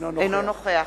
אינו נוכח